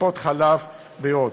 בטיפות-חלב ועוד.